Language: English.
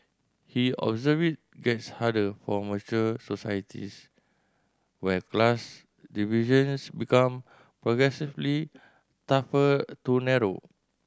he observed it gets harder for mature societies where class divisions become progressively tougher to narrow